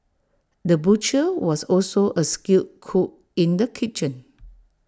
the butcher was also A skilled cook in the kitchen